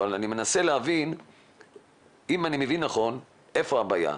אבל אם אני מבין נכון, איפה הבעיה?